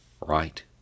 right